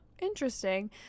interesting